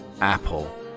apple